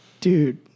Dude